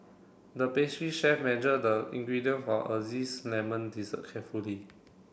the pastry chef measure the ingredient for a lemon dessert carefully